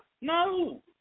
No